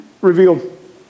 revealed